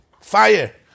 Fire